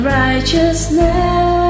righteousness